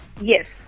Yes